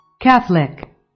Catholic